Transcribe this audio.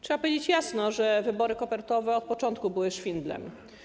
Trzeba powiedzieć jasno, że wybory kopertowe od początku były szwindlem.